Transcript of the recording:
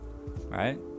Right